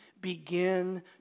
begin